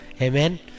Amen